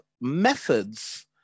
methods